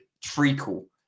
treacle